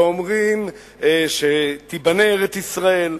ואומרים שתיבנה ארץ-ישראל,